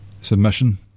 submission